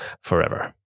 forever